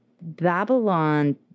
Babylon